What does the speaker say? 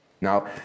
Now